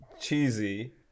cheesy